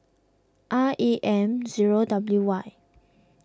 R A M zero W Y